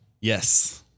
Yes